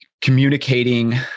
communicating